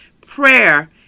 Prayer